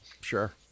Sure